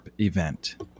event